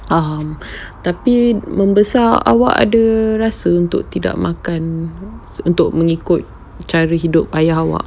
tapi membesar awak ada rasa untuk tidak makan untuk mengikut cara hidup ayah awak